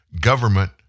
government